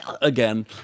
again